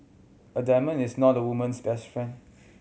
a diamond is not a woman's best friend